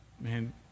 Man